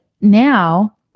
now